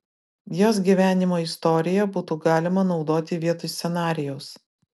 jos gyvenimo istoriją būtų galima naudoti vietoj scenarijaus